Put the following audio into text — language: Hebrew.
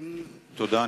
תודה.